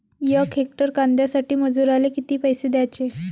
यक हेक्टर कांद्यासाठी मजूराले किती पैसे द्याचे?